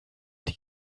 die